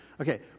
Okay